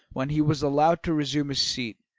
when he was allowed to resume his seat,